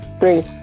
three